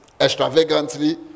extravagantly